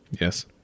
Yes